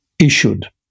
issued